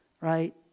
right